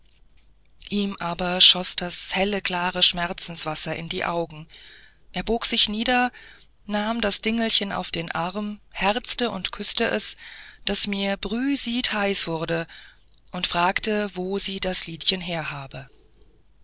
ihm aber schoß das helle klare schmerzenswasser in die augen er bog sich nieder nahm das dingelchen auf den arm herzte und küßte es daß mir brühsiedheiß wurde und fragte wo sie das liedchen her habe